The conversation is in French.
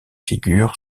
figure